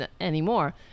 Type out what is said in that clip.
anymore